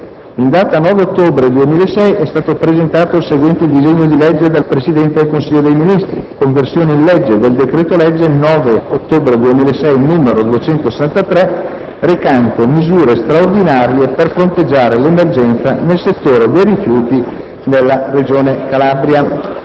in data 9 ottobre 2006, è stato presentato il seguente disegno di legge: *dal Presidente del Consiglio dei ministri:* «Conversione in legge del decreto-legge 9 ottobre 2006, n. 263, recante misure straordinarie per fronteggiare l'emergenza nel settore dei rifiuti nella Regione Campania»